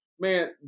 man